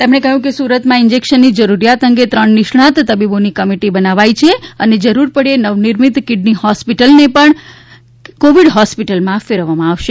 તેમણે કહ્યું કે સુરતમાં ઇન્જેક્શનોની જરૂરિયાત અંગે ત્રણ નિષ્ણાત તબીબોની કમિટી બનાવાઈ જરૂર પડ્યે નવનિર્મિત કિડની હોસ્પિટલને પણ કોવિડ હોસ્પિટલમાં ફેરવાશે